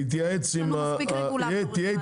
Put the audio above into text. יש לנו מספיק רגולטורים.